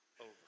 over